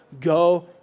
go